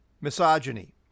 misogyny